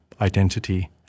identity